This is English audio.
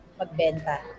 magbenta